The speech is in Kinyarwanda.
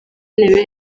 igenewe